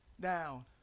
down